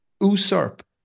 usurp